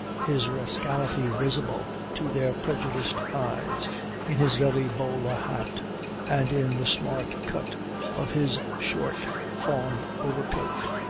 his rascality visible to their prejudiced eyes in his very bowler hat and in the smart cut of his short fawn overcoat.